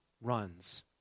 runs